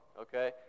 Okay